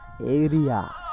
area